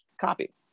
copy